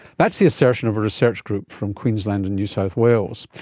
that's the assertion of a research group from queensland and new south wales.